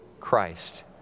Christ